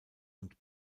und